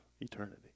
eternity